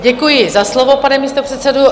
Děkuji za slovo, pane místopředsedo.